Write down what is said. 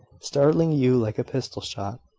startling you like a pistol-shot.